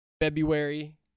February